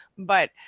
but